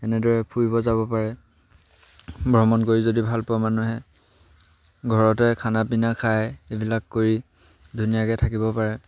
এনেদৰে ফুৰিব যাব পাৰে ভ্ৰমণ কৰি যদি ভাল পোৱা মানুহে ঘৰতে খানা পিনা খাই এইবিলাক কৰি ধুনীয়াকৈ থাকিব পাৰে